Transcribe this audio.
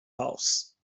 house